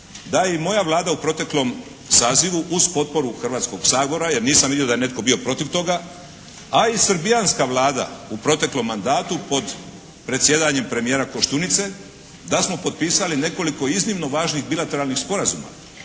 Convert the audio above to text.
da je i moja Vlada u proteklom sazivu uz potporu Hrvatskog sabora jer nisam vidio da je netko bio protiv toga, a i srbijanska Vlada u proteklom mandatu pod predsjedanjem premijera Koštunice da smo potpisali nekoliko iznimno važnih bilateralnih sporazuma.